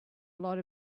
lot